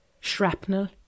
shrapnel